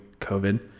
COVID